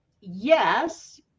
Yes